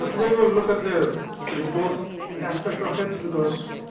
we will look at the report aspect of it. because